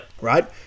Right